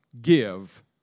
give